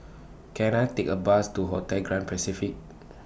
Can I Take A Bus to Hotel Grand Pacific